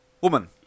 woman